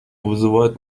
вызывает